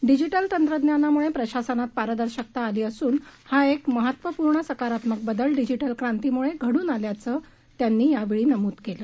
digital तंत्रज्ञानामुळे प्रशासनात पारदर्शकता आली असून हा एक महत्वपूर्ण सकारात्मक बदल डिजिटल क्रांतीमुळे घडून आल्याचं त्यांनी यावेळी नमूद केलं